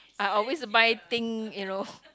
I always buy thing you know